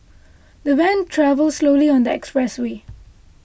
the van travelled slowly on the expressway